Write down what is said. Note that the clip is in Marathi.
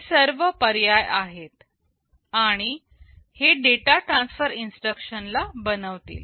हे सर्व पर्याय आहेत आणि हे डेटा ट्रांसफर इन्स्ट्रक्शन ला बनवतील